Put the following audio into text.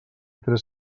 tres